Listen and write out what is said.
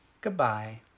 Goodbye